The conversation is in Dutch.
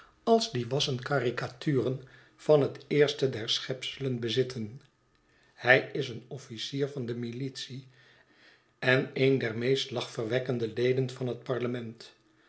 als die wassen caricaturen van het eerste der schepselen bezitten hij is een officier van de militie en een der meest lachverwekkende leden van het parlement